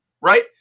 right